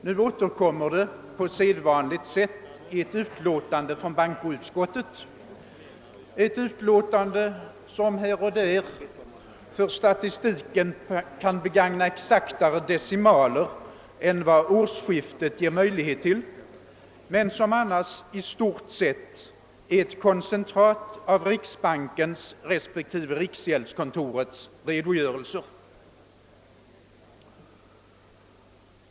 Nu återkommer det på sedvanligt sätt i ett utlåtande från bankoutskottet, ett utlåtande som här och där för statistiken kan begagna exaktare decimaler än vad årsskiftet ger möjlighet till, men som annars i stort sett är ett koncentrat av riksbankens respektive riksgäldskontorets redogörelse.